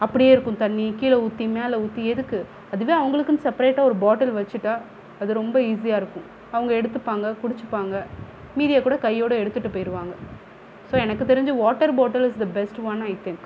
அப்படியே இருக்கும் தண்ணி கீழே ஊற்றி மேலே ஊற்றி எதுக்கு அதுவே அவங்களுக்குனு செப்ரேட்டாக ஒரு பாட்டல் வச்சுட்டா அது ரொம்ப ஈஸியாக இருக்கும் அவங்க எடுத்துப்பாங்க குடிச்சுப்பாங்க மீதியை கூட கையோடய எடுத்துகிட்டு போயிருவாங்க ஸோ எனக்கு தெரிஞ்சு water bottle is the best one I think